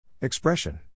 Expression